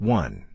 one